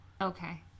Okay